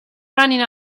running